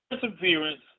perseverance